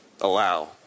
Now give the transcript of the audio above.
allow